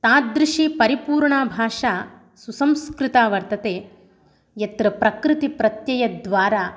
ताद्दृशी परिपूर्णा भाषा सुसंस्कृता वर्तते यत्र प्रकृतिप्रत्ययद्वारा